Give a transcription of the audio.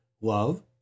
Love